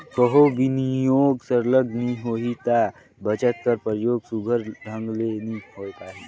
कहों बिनियोग सरलग नी होही ता बचत कर परयोग सुग्घर ढंग ले नी होए पाही